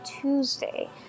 Tuesday